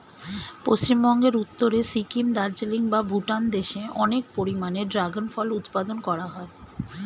পশ্চিমবঙ্গের উত্তরে সিকিম, দার্জিলিং বা ভুটান দেশে অনেক পরিমাণে ড্রাগন ফল উৎপাদন করা হয়